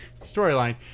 storyline